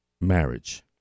marriage